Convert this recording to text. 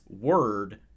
word